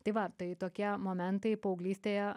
tai va tai tokie momentai paauglystėje